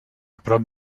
prop